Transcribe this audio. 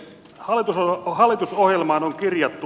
hallitusohjelmaan on kirjattu